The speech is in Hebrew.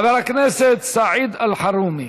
חבר הכנסת סעיד אלחרומי.